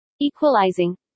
Equalizing